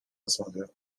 rozmawia